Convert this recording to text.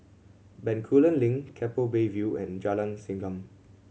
Bencoolen Link Keppel Bay View and Jalan Segam